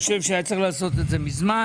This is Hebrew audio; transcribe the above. אני חושב שהיה צריך לעשות את זה מזמן.